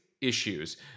issues